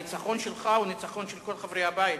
הניצחון שלך הוא הניצחון של כל חברי הבית.